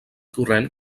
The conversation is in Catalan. corrent